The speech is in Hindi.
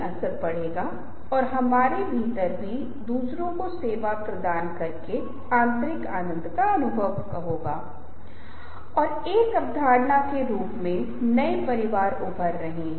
अब जब चीजें इस तरह से प्रस्तुत की जाती हैं तो दूसरे व्यक्ति को लगता है कि विक्रेता पारदर्शी होने की कोशिश कर रहा है वह अब ईमानदार होने की कोशिश कर रहा है